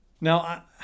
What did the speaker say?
Now